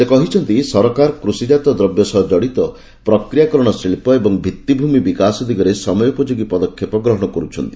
ସେ କହିଛନ୍ତି ସରକାର କୃଷିଜାତ ଦ୍ରବ୍ୟ ସହ ଜଡ଼ିତ ପ୍ରକ୍ରିୟାକରଣ ଶିଳ୍ପ ଓ ଭିତ୍ତିଭୂମି ବିକାଶ ଦିଗରେ ସମୟୋପଯୋଗୀ ପଦକ୍ଷେପ ଗ୍ରହଣ କରୁଛନ୍ତି